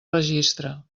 registre